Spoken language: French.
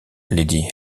lady